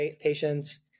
patients